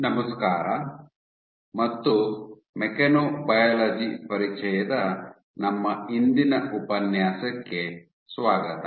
ನಮಸ್ಕಾರ ಮತ್ತು ಮೆಕ್ಯಾನೊಬಯಾಲಜಿ ಪರಿಚಯದ ನಮ್ಮ ಇಂದಿನ ಉಪನ್ಯಾಸಕ್ಕೆ ಸ್ವಾಗತ